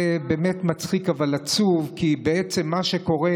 זה באמת מצחיק, אבל עצוב, כי בעצם מה שקורה,